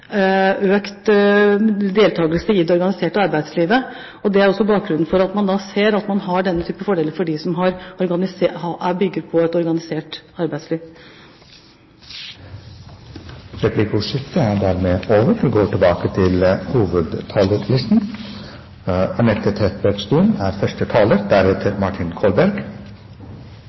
deltakelse i det organiserte arbeidslivet. Det er også bakgrunnen for at man ser at man har denne type fordeler for dem som er i et organisert arbeidsliv. Replikkordskiftet er over. Det historiske forliket om den nye AFP-ordningen som Regjeringen og partene i arbeidslivet har kommet fram til, er bra for Norge, og det er